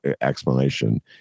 explanation